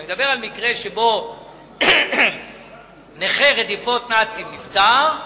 אני מדבר על מקרה שבו נכה רדיפות הנאצים נפטר,